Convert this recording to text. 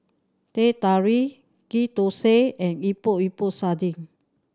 Teh Tarik Ghee Thosai and Epok Epok Sardin